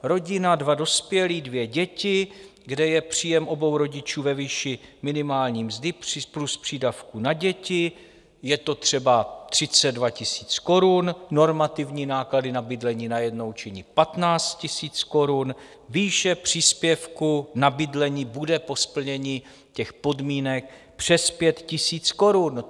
Rodina dva dospělí, dvě děti, kde je příjem obou rodičů ve výši minimální mzdy plus přídavků na děti, je to třeba 32 000 korun, normativní náklady na bydlení najednou činí 15 000 korun, výše příspěvku na bydlení bude po splnění těch podmínek přes 5 000 korun.